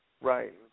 Right